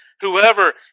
Whoever